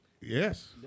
Yes